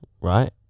Right